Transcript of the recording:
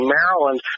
Maryland